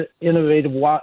innovative